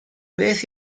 beth